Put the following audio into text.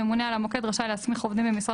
"ממונה על המוקד רשאי להסמיך עובדים ממשרד